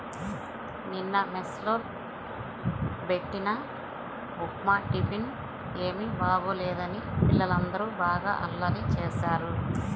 నిన్న మెస్ లో బెట్టిన ఉప్మా టిఫిన్ ఏమీ బాగోలేదని పిల్లలందరూ బాగా అల్లరి చేశారు